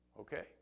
okay